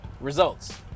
results